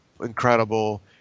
incredible